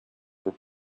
were